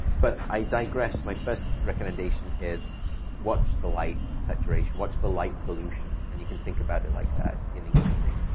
but i digress. my first recommendation is watch the light saturation, watch the light pollution. and you can think about it like that in the evening.